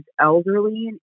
elderly